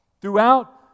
throughout